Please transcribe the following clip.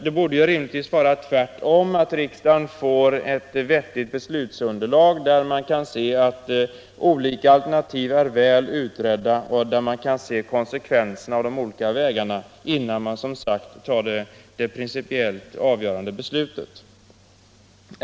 Det borde rimligtvis vara tvärtom: att riksdagen får ett vettigt beslutsunderlag, där olika alternativ är väl utredda och där man kan se konsekvenserna av de olika vägarna innan man tar det principiellt avgörande beslutet.